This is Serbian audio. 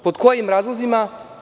Pod kojim razlozima?